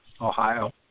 ohio